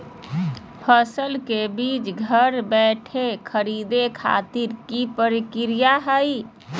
फसल के बीज घर बैठे खरीदे खातिर की प्रक्रिया हय?